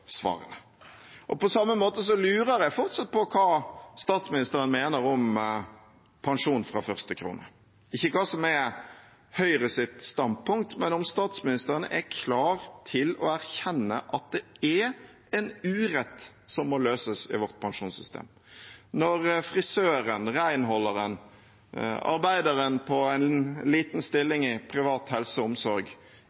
svarene. På samme måte lurer jeg fortsatt på hva statsministeren mener om pensjon fra første krone – ikke hva som er Høyres standpunkt, men om statsministeren er klar til å erkjenne at det er en urett som må løses i vårt pensjonssystem, når frisøren, renholderen eller arbeideren som har en liten